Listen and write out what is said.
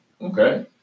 Okay